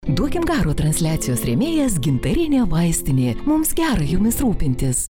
duokim garo transliacijos rėmėjas gintarinė vaistinė mums gera jumis rūpintis